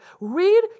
read